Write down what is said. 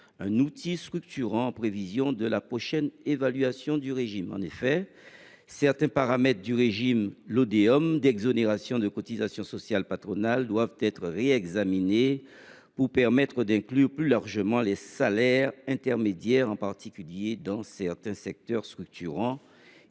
un outil structurant en prévision de la prochaine évaluation du régime. En effet, certains paramètres du régime Lodéom d’exonération de cotisations sociales patronales doivent être réexaminés pour permettre d’y inclure plus largement les salaires intermédiaires, en particulier dans certains secteurs structurants,